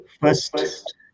first